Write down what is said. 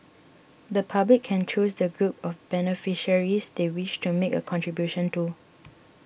the public can choose the group of beneficiaries they wish to make a contribution to